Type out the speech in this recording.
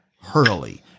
hurley